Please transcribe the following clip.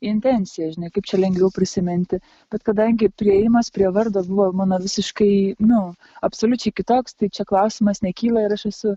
intencija žinia kaip čia lengviau prisiminti bet kadangi priėjimas prie vardo buvo mano visiškai nu absoliučiai kitoks tai čia klausimas nekyla ir aš esu